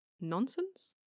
nonsense